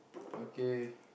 okay